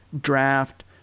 draft